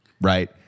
right